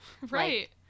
right